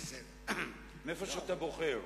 מאיפה שאתה בוחר.